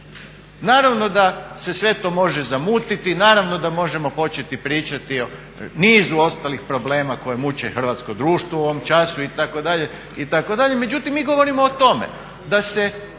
Naravno da se sve to može zamutiti, naravno da možemo početi pričati o nizu ostalih problema koji muče hrvatsko društvo u ovom času itd., itd. međutim mi govorimo o tome da je